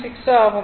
61 ஆகும்